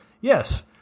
yes